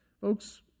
Folks